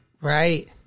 right